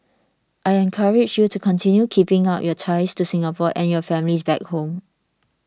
I encourage you to continue keeping up your ties to Singapore and your families back home